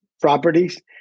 properties